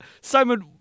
Simon